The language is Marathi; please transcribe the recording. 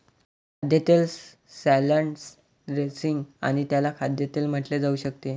खाद्यतेल सॅलड ड्रेसिंग आणि त्याला खाद्यतेल म्हटले जाऊ शकते